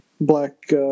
black